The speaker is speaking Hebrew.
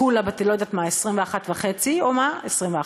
כולה בת 21 וחצי, או מה, 21,